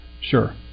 sure